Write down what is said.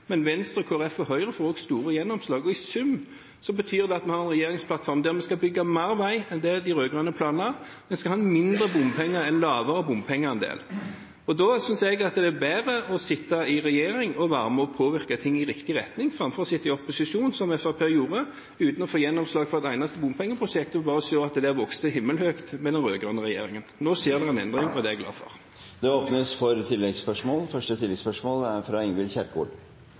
men Venstre, Kristelig Folkeparti og Høyre får også store gjennomslag. I sum betyr det at vi har en regjeringsplattform der vi skal bygge mer vei enn det de rød-grønne planla, og vi skal ha en lavere bompengeandel. Da synes jeg det er bedre å sitte i regjering og være med og påvirke ting i riktig retning, framfor å sitte i opposisjon, som Fremskrittspartiet gjorde, uten å få gjennomslag i et eneste bompengeprosjekt og bare se at det vokste himmelhøyt med den rød-grønne regjeringen. Nå skjer det en endring, og det er jeg glad for. Det